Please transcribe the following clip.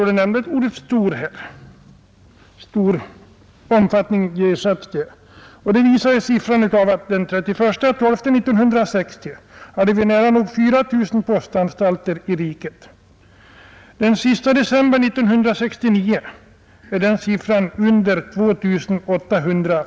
Den 31 december 1960 hade vi nära 4 000 fasta postanstalter i riket. Den 31 december 1960 låg motsvarande siffra under 2 800.